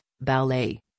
ballet